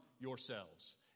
yourselves